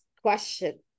question